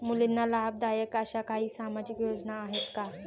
मुलींना लाभदायक अशा काही सामाजिक योजना आहेत का?